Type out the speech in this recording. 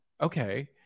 Okay